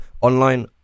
online